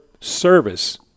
service